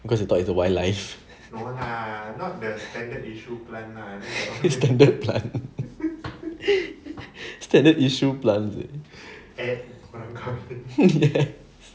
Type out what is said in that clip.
because you talk the wildlife standard plant standard issue plant eh